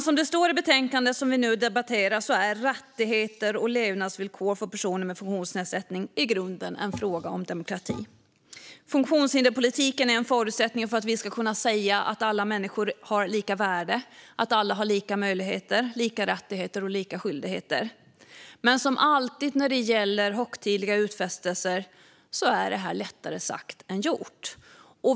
Som det står i det betänkande vi nu debatterar är rättigheter och levnadsvillkor för personer med funktionsnedsättning i grunden en fråga om demokrati. Funktionshinderspolitiken är en förutsättning för att vi ska kunna säga att alla människor har lika värde och att alla har lika möjligheter, lika rättigheter och lika skyldigheter. Som alltid när det gäller högtidliga utfästelser är detta dock lättare sagt än gjort.